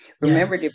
Remember